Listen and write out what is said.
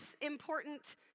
important